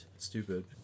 stupid